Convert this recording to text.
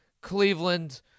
Cleveland